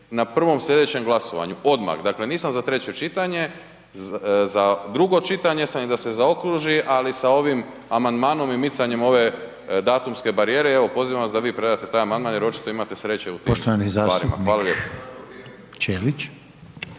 na prvom slijedećem glasovanju, odmah. Dakle, nisam za treće čitanje, za drugo čitanje sam i da se zaokruži ali sa ovim amandmanom i micanjem ove datumske barijere i evo pozivam vas da vi predate taj amandman jer očito imate sreće u tim stvarima. Hvala lijepo.